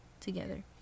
together